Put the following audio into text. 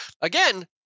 Again